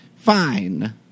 fine